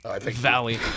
valley